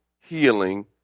healing